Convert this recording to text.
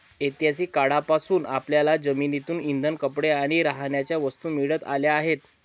ऐतिहासिक काळापासून आपल्याला जमिनीतून इंधन, कपडे आणि राहण्याच्या वस्तू मिळत आल्या आहेत